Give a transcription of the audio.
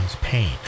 pain